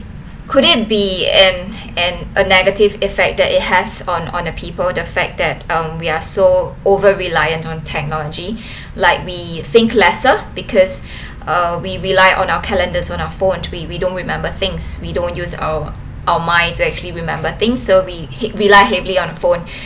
could it be and and a negative effect that it has on on the people the fact that um we are so over reliant on technology like we think lesser because uh we rely on our calendars on our phone we we don't remember things we don't use our our mind to actually remember things so we hea~ rely heavily on phone